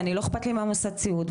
לא אכפת לי ממוסד הסיעוד,